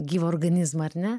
gyvą organizmą ar ne